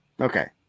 Okay